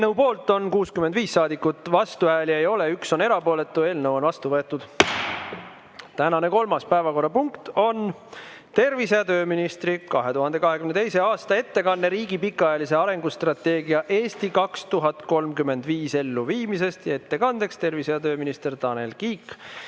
Eelnõu poolt on 65 saadikut, vastuhääli ei ole, üks on erapooletu. Eelnõu on vastu võetud. Tänane kolmas päevakorrapunkt on tervise- ja tööministri 2022. aasta ettekanne riigi pikaajalise arengustrateegia "Eesti 2035" elluviimisest. Ettekandja on tervise- ja tööminister Tanel Kiik.